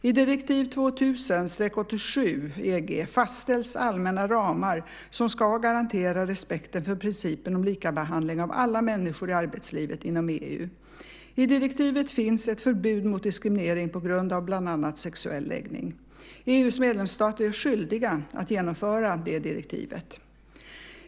I direktiv 2000 EG fastställs allmänna ramar som ska garantera respekten för principen om likabehandling av alla människor i arbetslivet inom EU. I direktivet finns ett förbud mot diskriminering på grund av bland annat sexuell läggning. EU:s medlemsstater är skyldiga att genomföra detta direktiv.